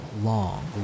long